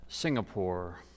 Singapore